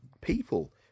people